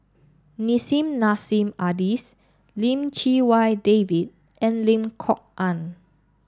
Nissim Nassim Adis Lim Chee Wai David and Lim Kok Ann